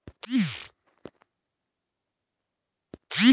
ಹುರುಳಿಯನ್ನ ಬೇಯಿಸಿ ಅಥವಾ ಹುರಿದು ತಿಂತರೆ ಇದರ ಸೊಪ್ಪನ್ನು ಪ್ರಾಣಿಗಳಿಗೆ ಆಹಾರವಾಗಿ ಕೊಡಲಾಗ್ತದೆ